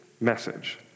message